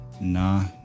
nah